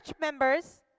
members